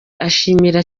ashimira